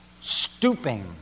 stooping